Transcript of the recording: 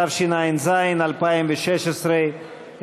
התשע"ז 2016,